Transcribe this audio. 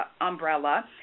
umbrella